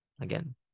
again